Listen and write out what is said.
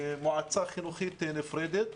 ומועצה חינוכית נפרדת.